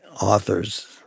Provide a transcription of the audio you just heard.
authors